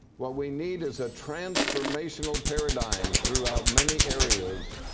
what we need is a transformational paradigm throughout many areas,